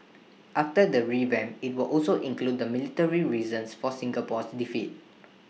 after the revamp IT will also include the military reasons for Singapore's defeat